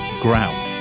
grouse